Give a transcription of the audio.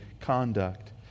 conduct